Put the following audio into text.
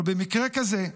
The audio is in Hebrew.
אבל במקרה כזה,